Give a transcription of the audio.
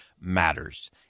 matters